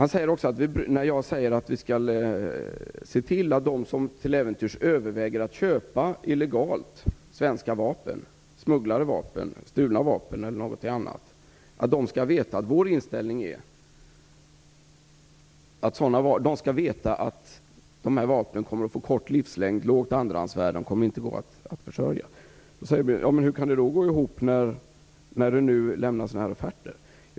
När jag säger att vi skall se till att de som till äventyrs överväger att illegalt köpa svenska vapen - smugglade vapen, stulna vapen eller något annat - menar jag att de skall veta att de vapnen kommer att få en kort livslängd, ett lågt andrahandsvärde och inte kommer att gå att försörja, frågar Birger Schlaug: Hur kan det gå ihop med att det nu lämnas sådana här offerter?